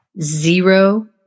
zero